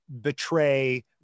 betray